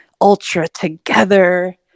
ultra-together